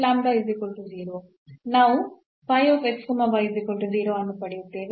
ನಾವು ಅನ್ನು ಪಡೆಯುತ್ತೇವೆ